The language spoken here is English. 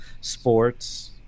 Sports